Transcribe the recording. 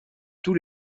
tous